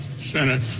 Senate